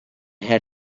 had